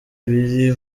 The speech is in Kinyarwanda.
biri